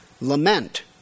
lament